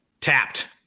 Tapped